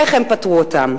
איך הם פתרו אותן?